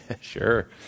Sure